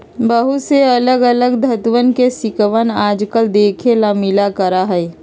बहुत से अलग अलग धातुंअन के सिक्कवन आजकल देखे ला मिला करा हई